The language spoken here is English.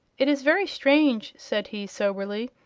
it is very strange, said he, soberly.